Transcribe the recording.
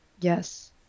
Yes